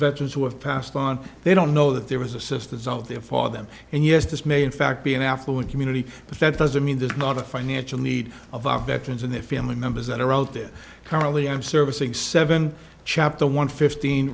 veterans who have passed on they don't know that there was assistance out there for them and yes this may in fact be an affluent community but that doesn't mean there's not a financial need of our veterans and their family members that are out there currently i'm servicing seven chapter one fifteen